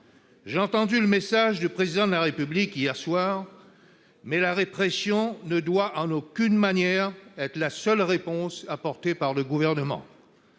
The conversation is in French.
J'ai entendu le message du Président de la République hier soir, mais la répression ne doit, en aucune manière, être la seule réponse apportée par le Gouvernement